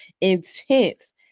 intense